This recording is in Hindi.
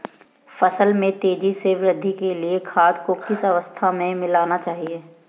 फसल में तेज़ी से वृद्धि के लिए खाद को किस अवस्था में मिलाना चाहिए?